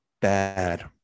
bad